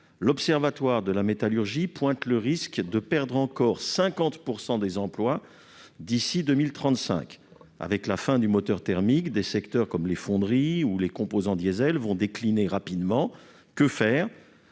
L'Observatoire de la métallurgie pointe le risque de perdre encore 50 % des emplois d'ici à 2035. Avec la fin du moteur thermique, les secteurs des fonderies ou des composants diesel, par exemple, vont décliner rapidement. Que faire